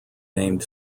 named